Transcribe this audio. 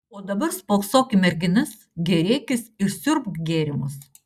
o dabar spoksok į merginas gėrėkis ir siurbk gėrimus